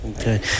Okay